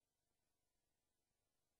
חודשיים